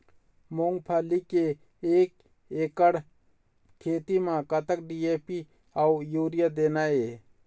मूंगफली के एक एकड़ खेती म कतक डी.ए.पी अउ यूरिया देना ये?